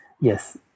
yes